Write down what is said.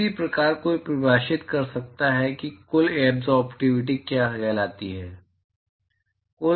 इसी प्रकार कोई परिभाषित कर सकता है कि कुल एब्ज़ोर्बटिविटी क्या कहलाती है